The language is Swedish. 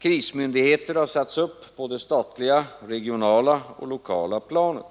Krismyndigheter har satts upp på det statliga, regionala och lokala planet.